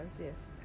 yes